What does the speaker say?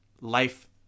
life